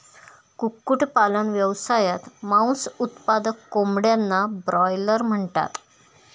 कुक्कुटपालन व्यवसायात, मांस उत्पादक कोंबड्यांना ब्रॉयलर म्हणतात